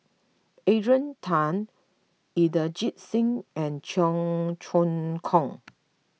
Adrian Tan Inderjit Singh and Cheong Choong Kong